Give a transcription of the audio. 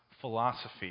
philosophy